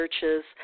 churches